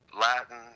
Latin